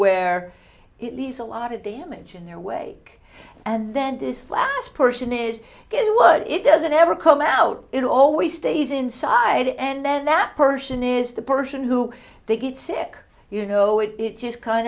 where it leaves a lot of damage in their way and then this last person is it what it doesn't ever come out it always stays inside and then that person is the person who they get sick you know it just kind